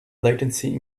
latency